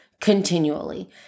continually